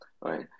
right